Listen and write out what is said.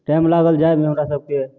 time लागल जाइमे हमरासभके